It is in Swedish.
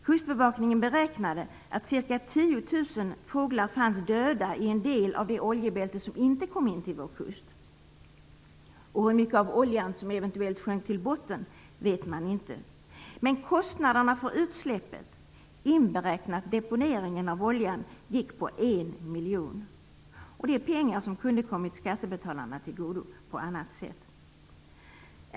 Kustbevakningen beräknade att ca 10 000 fåglar fanns döda i en del av det oljebälte som inte kom in till vår kust. Hur mycket av oljan som eventuellt sjönk till botten vet man inte. Men kostnaderna för utsläppet, inberäknat deponeringen av oljan, var 1 miljon. Det är pengar som kunde ha kommit skattebetalarna till godo på annat sätt.